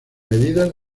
medidas